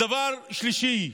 דבר שלישי,